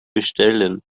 bestellen